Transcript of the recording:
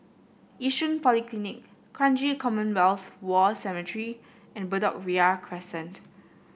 Yishun Polyclinic Kranji Commonwealth War Cemetery and Bedok Ria Crescent